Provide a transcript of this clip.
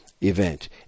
event